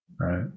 right